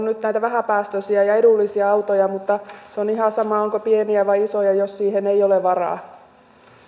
nyt näitä vähäpäästöisiä ja edullisia autoja mutta se on ihan sama onko pieniä vai isoja jos siihen ei ole varaa